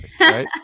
right